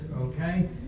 okay